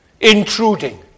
intruding